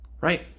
Right